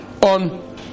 on